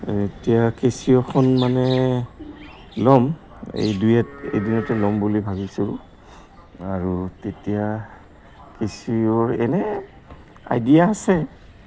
এতিয়া কেচিঅ'খন মানে ল'ম এই দুই এদিনতে ল'ম বুলি ভাবিছোঁ আৰু তেতিয়া কেচিঅ'ৰ এনে আইডিয়া আছে